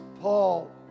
Paul